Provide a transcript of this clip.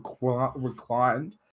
reclined